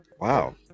Wow